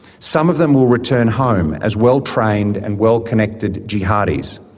some of them will return home as well-trained and well-connected jihadis.